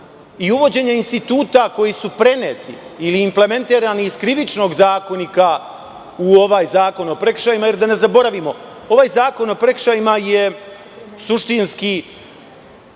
i uvođenje instituta koji su preneti ili implementirani iz krivičnog zakonika u ovaj zakon o prekršajima, jer, da ne zaboravimo, ovaj zakon o prekršajima je suštinski